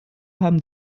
haben